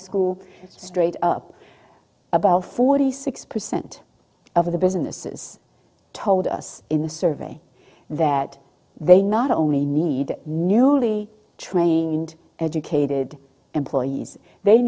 school straight up about forty six percent of the businesses told us in the survey that they not only need newly trained educated employees they